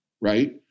right